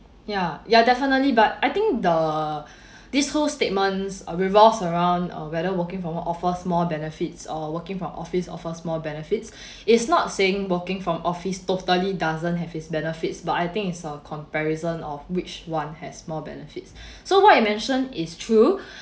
yeah yeah definitely but I think the these whole statements uh revolves around um whether working from home offers more benefits or working from office offers more benefits is not saying working from office totally doesn't have its benefits but I think it's a comparison of which one has more benefits so what you mentioned is true